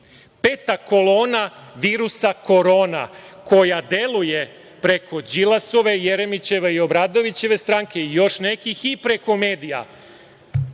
peta kolona virusa Korona koja deluje preko Đilasove, Jeremićeve i Obradovićeve stranke i još nekih i preko medija